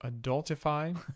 Adultify